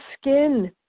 skin